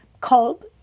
called